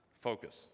Focus